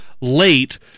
late